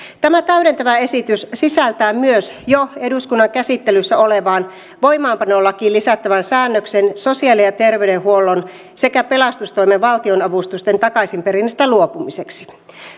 tämä täydentävä esitys sisältää myös jo eduskunnan käsittelyssä olevaan voimaanpanolakiin lisättävän säännöksen sosiaali ja terveydenhuollon sekä pelastustoimen valtionavustusten takaisinperinnästä luopumiseksi